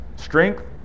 Strength